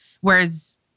Whereas